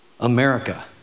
America